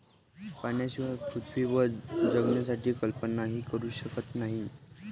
पाण्याशिवाय पृथ्वीवर जगण्याची कल्पनाही करू शकत नाही